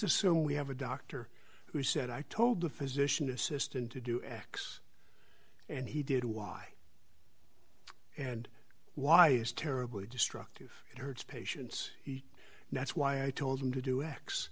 assume we have a doctor who said i told the physician assistant to do x and he did why and why is terribly destructive and hurts patients now that's why i told him to do x